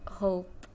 hope